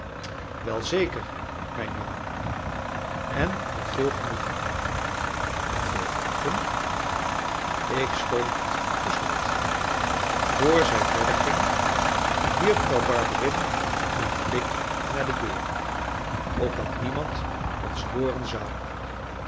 doen welzeker mijn jongen en met veel genoegen met veel genoegen ik stond verstomd vr zij verder ging wierp vrouw barberin een blik naar de deur opdat niemand ons hooren zou